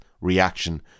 reaction